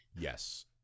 Yes